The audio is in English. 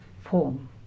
form